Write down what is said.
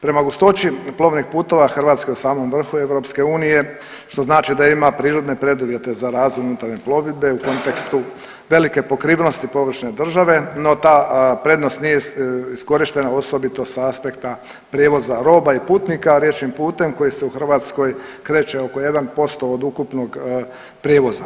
Prema gustoći plovnih putova, Hrvatska je u samom vrhu EU, što znači da ima prirodne preduvjete za razvoj unutarnje plovidbe u kontekstu velike pokrivenosti površine države, no ta prednost nije iskorištena, osobito sa aspekta prijevoza roba i putnika riječnim putem koji se u Hrvatskoj kreće oko 1% od ukupnog prijevoza.